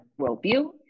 worldview